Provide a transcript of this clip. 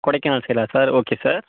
கொடைக்கானல் சைடாக sir okay sir